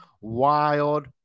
wild